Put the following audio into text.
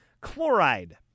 Chloride